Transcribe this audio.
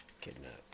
kidnapped